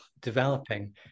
developing